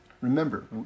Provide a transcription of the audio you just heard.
Remember